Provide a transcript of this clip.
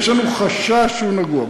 יש לנו חשש שהוא נגוע,